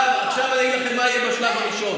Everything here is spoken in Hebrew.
עכשיו אני אגיד לכם מה יהיה בשלב הראשון.